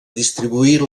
distribuir